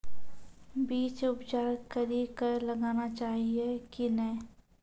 बीज उपचार कड़ी कऽ लगाना चाहिए कि नैय?